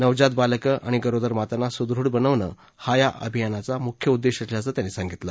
नवजात बालकं आणि गरोदर मातांना सुदृढ बनवणं हा या अभियानाचा मुख्य उद्देश असल्याचं त्यांनी सांगितलं